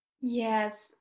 Yes